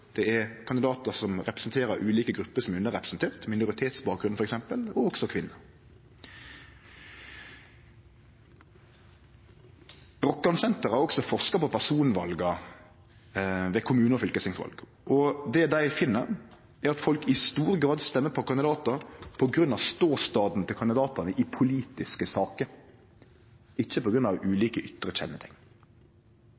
det er kandidatar som representerer ulike grupper som er underrepresenterte, med minoritetsbakgrunn f.eks., og òg kvinner. Rokkansenteret har òg forska på personval ved kommune- og fylkestingsval, og det dei finn, er at folk i stor grad stemmer på kandidatar på grunn av ståstaden til kandidatane i politiske saker, ikkje